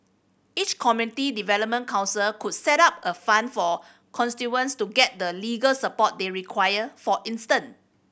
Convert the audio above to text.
each community development council could set up a fund for to get the legal support they require for instance